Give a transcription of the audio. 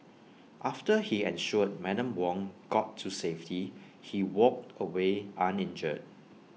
after he ensured Madam Wong got to safety he walked away uninjured